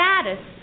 status